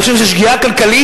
אני חושב שזאת שגיאה כלכלית,